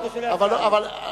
שקרן, שלא יפריע לי.